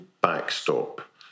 backstop